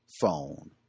phone